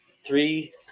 three